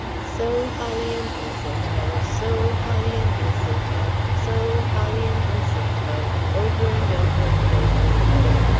so holly and mistletoe, so holly and mistletoe, so holly and mistletoe, over and over and over, oh.